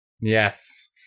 Yes